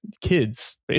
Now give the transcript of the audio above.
kids